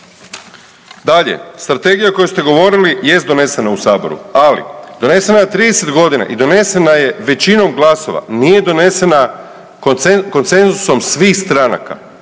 Dalje, strategija o kojoj ste govorili jest donesena u saboru ali donesena je na 30 godina i donesena je većinom glasova, nije donesena konsenzusom svih stranaka.